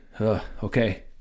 okay